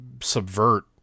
subvert